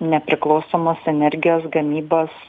nepriklausomos energijos gamybos